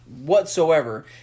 whatsoever